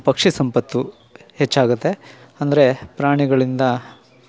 ಪಕ್ಷಿ ಸಂಪತ್ತು ಹೆಚ್ಚಾಗುತ್ತೆ ಅಂದರೆ ಪ್ರಾಣಿಗಳಿಂದ